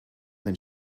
than